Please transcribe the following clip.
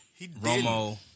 Romo